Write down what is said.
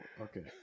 Okay